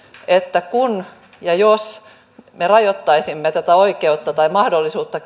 että kun ja jos me lisäisimme tätä oikeutta tai mahdollisuutta